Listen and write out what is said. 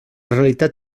realitat